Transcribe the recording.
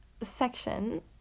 section